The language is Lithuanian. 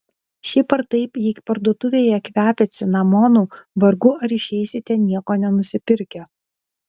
šiaip ar taip jei parduotuvėje kvepia cinamonu vargu ar išeisite nieko nenusipirkę